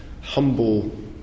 humble